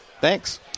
Thanks